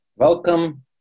Welcome